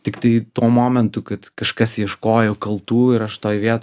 tiktai tuo momentu kad kažkas ieškojo kaltų ir aš toj vietoj